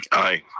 aye.